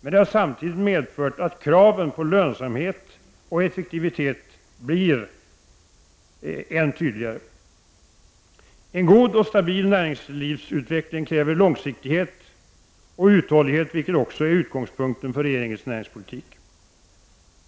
men det har samtidigt medfört att kraven på lönsamhet och effektivitet blir än tydligare. En god och stabil näringslivsutveckling kräver långsiktighet och uthållighet, vilket också är utgångspunkten för regeringens näringspolitik.